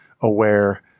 aware